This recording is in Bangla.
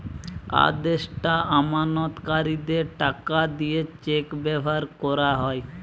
আদেষ্টা আমানতকারীদের টাকা দিতে চেক ব্যাভার কোরা হয়